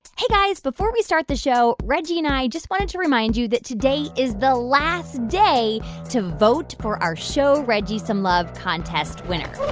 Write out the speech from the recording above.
hey, guys. before we start the show, reggie and i just wanted to remind you that today is the last day to vote for our show reggie some love contest winner.